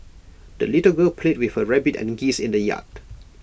the little girl played with her rabbit and geese in the yard